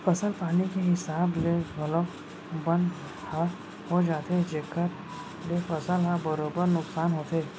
फसल पानी के हिसाब ले घलौक बन ह हो जाथे जेकर ले फसल ह बरोबर नुकसान होथे